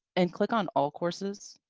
and click on all courses.